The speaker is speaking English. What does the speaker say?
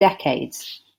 decades